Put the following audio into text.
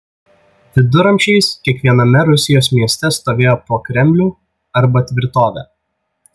viduramžiais kiekviename rusijos mieste stovėjo po kremlių arba tvirtovę